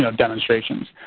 so demonstrations.